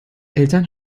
eltern